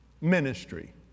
ministry